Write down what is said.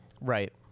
right